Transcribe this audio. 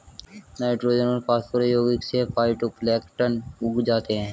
nitrogen और phosphorus यौगिक से फाइटोप्लैंक्टन उग जाते है